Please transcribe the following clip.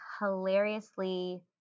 hilariously